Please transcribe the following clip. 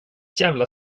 jävla